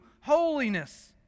holiness